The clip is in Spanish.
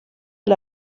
del